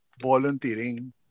volunteering